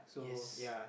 yes